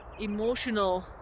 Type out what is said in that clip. emotional